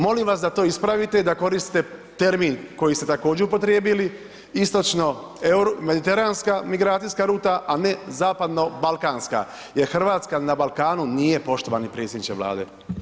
Molim vas da to ispravite i da koristite termin koji ste također upotrijebili, istočno-mediteranska migracijska ruta, a ne zapadno-balkanska jer Hrvatska na Balkanu nije poštovani predsjedniče Vlade.